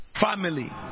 family